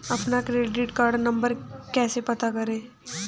अपना credit card number कैसे पता करें?